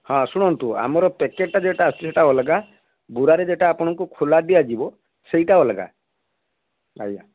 ହଁ ଶୁଣନ୍ତୁ ଆମର ପ୍ୟାକେଟ୍ଟା ଯେଉଁଟା ଆସୁଛି ସେଇଟା ଅଲଗା ବୁରାରେ ଯେଉଁଟା ଆପଣଙ୍କୁ ଖୋଲା ଦିଆଯିବ ସେଇଟା ଅଲଗା ଆଜ୍ଞା